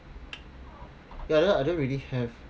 ya I don't I don't really have